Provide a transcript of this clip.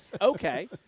okay